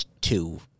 two